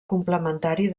complementari